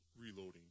reloading